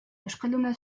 euskalduna